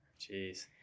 jeez